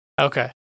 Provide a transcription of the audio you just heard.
Okay